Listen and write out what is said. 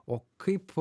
o kaip